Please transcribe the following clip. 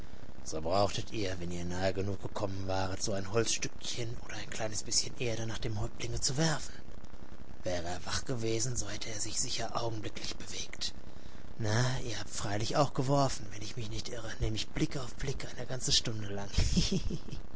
so brauchtet ihr nur wenn ihr nahe genug gekommen waret so ein holzstückchen oder ein kleines bißchen erde nach dem häuptlinge zu werfen wäre er wach gewesen so hätte er sich sicher augenblicklich bewegt na ihr habt freilich auch geworfen wenn ich mich nicht irre nämlich blick auf blick eine ganze stunde lang